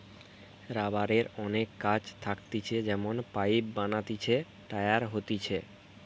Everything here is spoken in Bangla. রাবারের অনেক কাজ থাকতিছে যেমন পাইপ বানাতিছে, টায়ার হতিছে